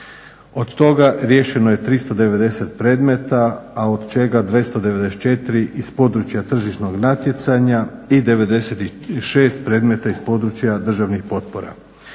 Od toga riješeno je 390 predmeta, a od čega 294 iz područja tržišnog natjecanja i 96 predmeta iz područja državnih potpora.